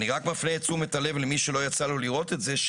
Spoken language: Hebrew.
אני רק מפנה את תשומת הלב למי שלא יצא לו לראות את זה,